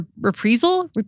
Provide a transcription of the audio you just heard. reprisal